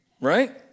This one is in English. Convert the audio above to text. right